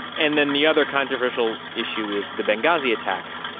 and then the other controversial issue is the benghazi attacks,